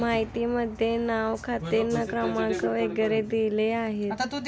माहितीमध्ये नाव खाते क्रमांक वगैरे दिले आहेत